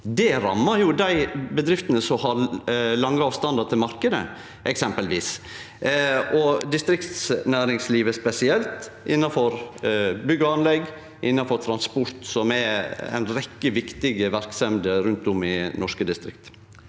Det rammar jo dei bedriftene som har lange avstandar til marknaden, eksempelvis, og distriktsnæringslivet spesielt, innanfor bygg og anlegg, innanfor transport, som er ei rekkje viktige verksemder rundt om i norske distrikt.